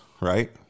right